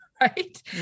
Right